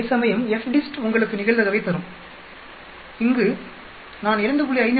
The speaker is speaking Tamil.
அதேசமயம்FDIST உங்களுக்கு நிகழ்தகவைத் தரும்இங்கு நான் 2